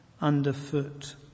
Underfoot